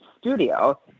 studio